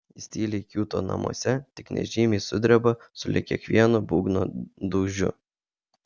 jis tyliai kiūto namuose tik nežymiai sudreba sulig kiekvienu būgno dūžiu